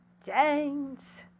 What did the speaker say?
James